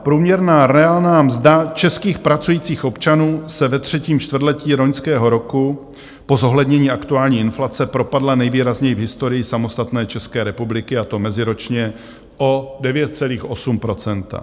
Průměrná reálná mzda českých pracujících občanů se ve třetím čtvrtletí loňského roku po zohlednění aktuální inflace propadla nejvýrazněji v historii samostatné České republiky, a to meziročně o 9,8 %.